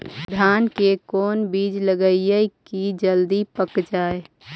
धान के कोन बिज लगईयै कि जल्दी पक जाए?